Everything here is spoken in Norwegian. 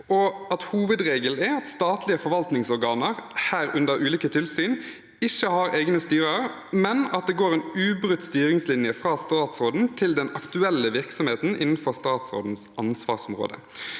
Hovedregelen er at statlige forvaltningsorganer, herunder ulike tilsyn, ikke har egne styrer, men at det går en ubrutt styringslinje fra statsråden til den aktuelle virksomheten innenfor statsrådens ansvarsområde.